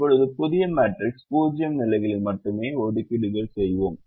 இப்போது புதிய மேட்ரிக்ஸில் 0 நிலைகளில் மட்டுமே ஒதுக்கீடுகள் செய்வோம்